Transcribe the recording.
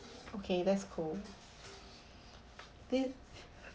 okay that's cool this